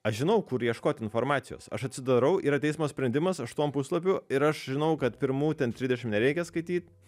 aš žinau kur ieškoti informacijos aš atsidarau yra teismo sprendimas aštuom puslapių ir aš žinau kad pirmų ten trisdešim nereikia skaityt